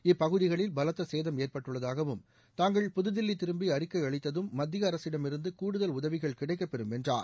இப்பகுதிகளில் பலத்த சேதம் ஏற்பட்டுள்ளதாகவும் தாங்கள் புதுதில்லி திரும்பி அறிக்கை அளித்ததும் மத்திய அரசிடமிருந்து கூடுதல் உதவிகள் கிடைக்கப் பெறும் என்றார்